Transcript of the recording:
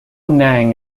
nang